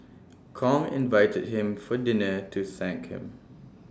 Kong invited him for dinner to thank him